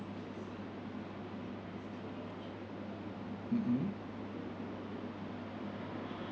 mmhmm